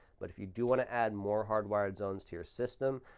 but if you do want to add more hardwired zones to your system,